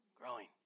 growing